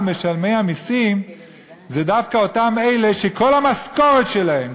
משלמי המסים אלה דווקא אותם שכל המשכורת שלהם,